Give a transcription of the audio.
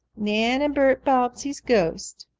nan and bert bobbsey's ghost.